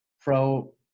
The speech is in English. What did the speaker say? pro-